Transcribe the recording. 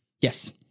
Yes